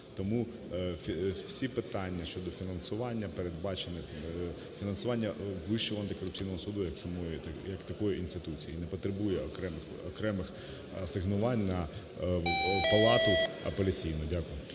передбачене фінансування Вищого антикорупційного суду як такої інституції і не потребує окремих асигнувань на палату Апеляційну.